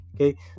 Okay